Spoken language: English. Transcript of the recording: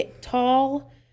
tall